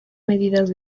medidas